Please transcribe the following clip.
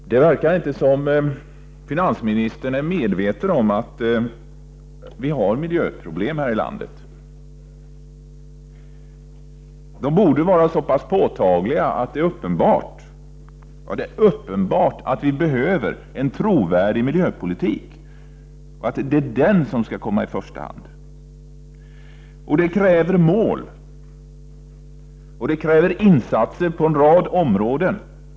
Herr talman! Det verkar inte som om finansministern är medveten om att vi har miljöproblem här i landet. De är så påtagliga att det borde vara uppenbart att vi behöver en trovärdig miljöpolitik och att en sådan skall komma i första hand. För detta krävs målsättningar och insatser på en rad områden.